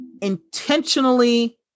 intentionally